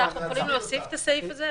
אז אנחנו יכולים להוסיף את הסעיף הזה?